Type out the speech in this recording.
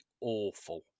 awful